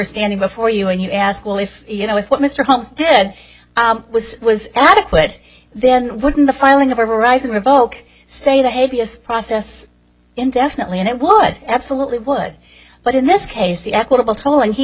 standing before you and you asked well if you know what mr homestead was was adequate then wouldn't the filing of a rising revoke say that habeas process indefinitely and it would absolutely would but in this case the equitable tolan he